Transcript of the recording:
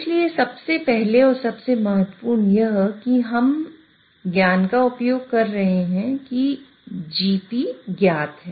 इसलिए सबसे पहले और सबसे महत्वपूर्ण यह है कि हम ज्ञान का उपयोग कर रहे है कि Gp ज्ञात है